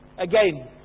Again